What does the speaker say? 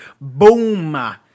Boom